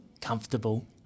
comfortable